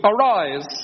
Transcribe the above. Arise